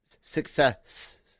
success